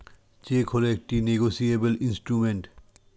check হল একটি negotiable instrument